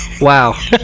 Wow